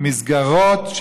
מסגרות,